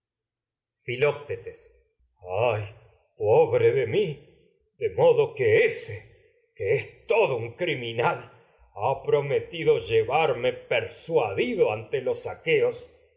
ay pobre de mi de modo que ése per que es todo ante un criminal ha prometido me llevarme suadido si los aqueos